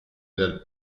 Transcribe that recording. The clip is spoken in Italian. dal